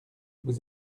vous